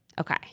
Okay